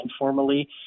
informally